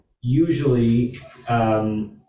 usually